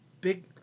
big